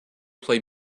play